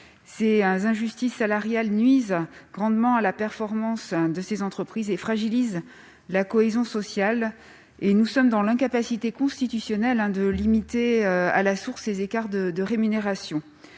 Ces injustices salariales nuisent grandement à la performance des entreprises et fragilisent la cohésion sociale. Puisque nous sommes dans l'incapacité constitutionnelle de limiter à la source ces écarts de rémunération,